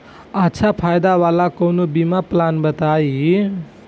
अच्छा फायदा वाला कवनो बीमा पलान बताईं?